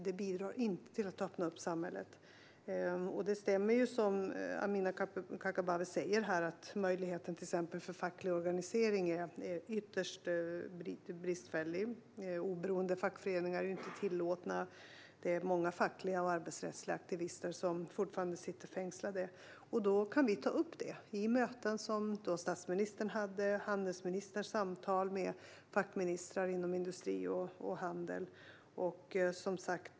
Det bidrar inte till att öppna upp samhället. Det stämmer, som Amineh Kakabaveh säger, att möjligheten till facklig organisering är ytterst bristfällig. Oberoende fackföreningar är inte tillåtna, och många fackliga och arbetsrättsliga aktivister sitter fortfarande fängslade. Vi tar upp detta i möten, till exempel i de statsministern hade och i de samtal som handelsministern hade med fackministrar inom industri och handel.